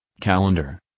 Calendar